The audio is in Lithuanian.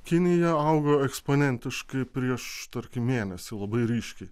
kinija auga eksponentiškai prieš tarkim mėnesį labai ryškiai